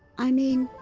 i mean,